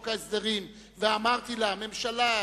הרי הממשלה ביקשה להכניס זאת לחוק ההסדרים ואמרתי לה: ממשלה,